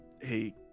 Hey